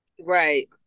Right